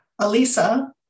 Alisa